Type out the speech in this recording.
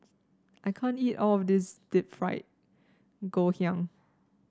I can't eat all of this Deep Fried Ngoh Hiang